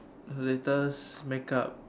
latest make up